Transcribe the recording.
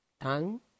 tongue